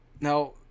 Now